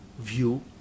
view